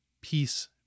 peace